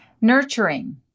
Nurturing